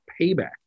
payback